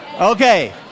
Okay